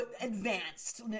advanced